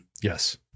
Yes